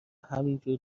همینجور